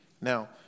Now